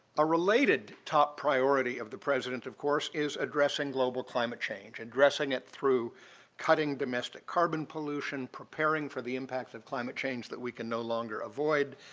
a related top priority of the president, of course, is addressing global climate change, addressing it through cutting domestic carbon pollution, preparing for the impact of climate change that we can no longer avoid,